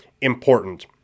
important